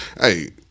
Hey